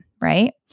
right